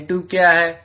L2 क्या है